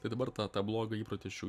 tai dabar tą blogą įprotį aš jau